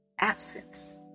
absence